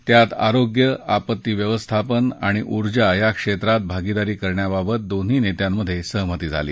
त्यात आरोग्य आपत्ती व्यवस्थापन आणि ऊर्जा क्षेत्रात भागिदारी करण्याबाबत दोन्ही नेत्यांमध्ये सहमती झाली